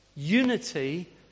Unity